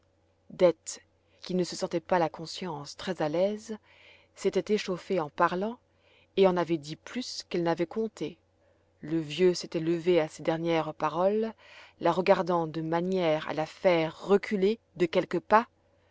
dete qui ne se sentait pas la conscience très à l'aise s'était échauffée en parlant et en avait dit plus qu'elle n'avait compté le vieux s'était levé à ses dernières paroles la regardant de manière à la faire reculer de quelques pas